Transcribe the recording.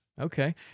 Okay